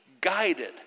guided